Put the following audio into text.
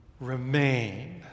remain